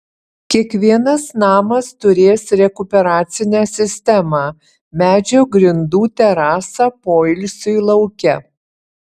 kiekvienas namas turės rekuperacinę sistemą medžio grindų terasą poilsiui lauke